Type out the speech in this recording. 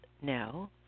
No